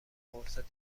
فرصت